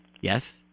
Yes